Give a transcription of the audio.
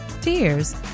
tears